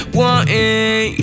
wanting